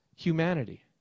humanity